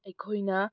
ꯑꯩꯈꯣꯏꯅ